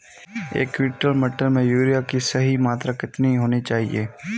एक क्विंटल मटर में यूरिया की सही मात्रा कितनी होनी चाहिए?